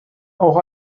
auch